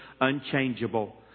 unchangeable